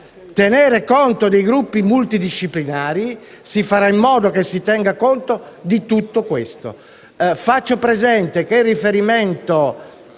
tener conto dei gruppi multidisciplinari. Si farà in modo che si tenga conto di tutto questo.